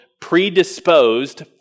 predisposed